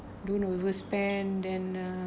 don't overspend then uh